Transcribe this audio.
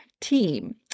team